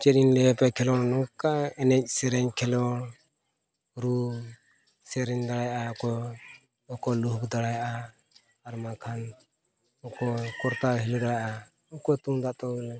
ᱪᱮᱫ ᱤᱧ ᱞᱟᱹᱭ ᱟᱯᱮᱭᱟ ᱠᱷᱮᱞᱳᱰ ᱱᱚᱝᱠᱟ ᱮᱱᱮᱡ ᱥᱮᱨᱮᱧ ᱠᱷᱮᱞᱳᱰ ᱨᱩ ᱥᱮᱨᱮᱧ ᱫᱟᱲᱮᱭᱟᱜ ᱟᱭ ᱚᱠᱚᱭ ᱚᱠᱚᱭ ᱞᱩᱦᱩᱠ ᱫᱟᱲᱮᱭᱟᱜᱼᱟ ᱟᱨ ᱵᱟᱝᱠᱷᱟᱱ ᱚᱠᱚᱭ ᱠᱚᱨᱛᱟᱞ ᱦᱤᱞᱟᱹᱣ ᱫᱟᱲᱮᱭᱟᱜᱼᱟ ᱚᱠᱚᱭ ᱫᱩᱢᱫᱟᱜ ᱛᱩᱞ